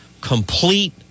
complete